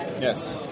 Yes